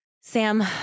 Sam